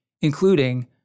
including